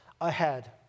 ahead